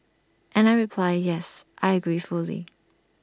and I reply yes I agree fully